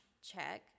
check